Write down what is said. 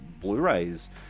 Blu-rays